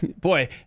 Boy